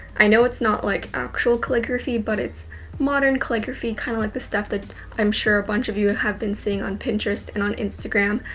i know it's not like actual calligraphy, but it's modern calligraphy kinda like the stuff that i'm sure a bunch of you have been seeing on pinterest and on instagram.